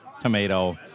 tomato